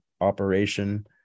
operation